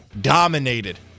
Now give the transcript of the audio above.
dominated